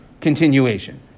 continuation